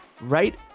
right